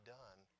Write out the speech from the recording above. done